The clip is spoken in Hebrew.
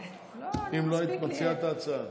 אם לא היית מציעה את ההצעה.